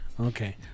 Okay